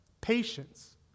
patience